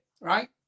right